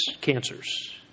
cancers